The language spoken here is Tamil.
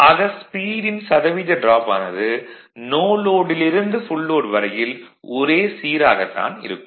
ஆக ஸ்பீடின் சதவீத டிராப் ஆனது நோ லோடில் இருந்து ஃபுல் லோட் வரையில் ஒரே சீராகத் தான் இருக்கும்